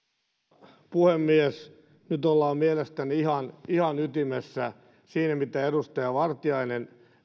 arvoisa puhemies nyt ollaan mielestäni ihan ihan ytimessä siinä mitä edustaja vartiainen